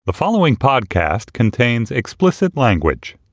the following podcast contains explicit language